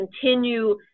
continue